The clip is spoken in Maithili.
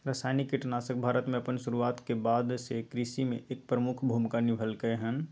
रासायनिक कीटनाशक भारत में अपन शुरुआत के बाद से कृषि में एक प्रमुख भूमिका निभलकय हन